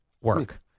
work